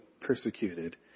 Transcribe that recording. persecuted